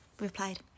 replied